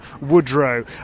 Woodrow